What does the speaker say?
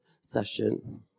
session